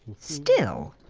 still,